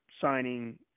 signing